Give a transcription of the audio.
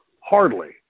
hardly